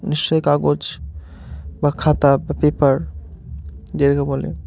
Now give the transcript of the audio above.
নিশ্চয়ই কাগজ বা খাতা বা পেপার যাকে বলে